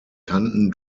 kanten